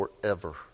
forever